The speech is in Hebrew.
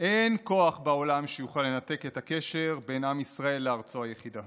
אין כוח בעולם שיוכל לנתק את הקשר בין עם ישראל לארצו היחידה.